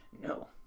No